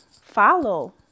follow